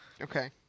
Okay